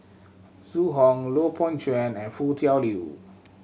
Zhu Hong Lui Pao Chuen and Foo Tui Liew